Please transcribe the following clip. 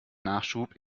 nachschub